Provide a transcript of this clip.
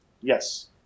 Yes